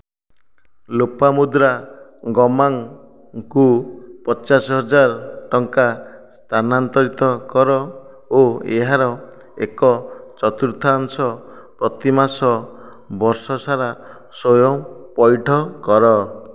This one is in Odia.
ଲୋପାମୁଦ୍ରା ଗମାଙ୍ଗଙ୍କୁ ପଚାଶ ହଜାର ଟଙ୍କା ସ୍ଥାନାନ୍ତରିତ କର ଓ ଏହାର ଏକ ଚତୁର୍ଥାଂଶ ପ୍ରତିମାସ ବର୍ଷ ସାରା ସ୍ଵୟଂ ପଇଠ କର